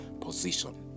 position